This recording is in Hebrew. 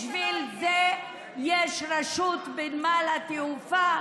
בשביל זה יש רשות בנמל התעופה,